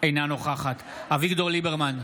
אינה נוכחת אביגדור ליברמן,